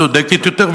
צודקת יותר,